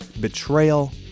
betrayal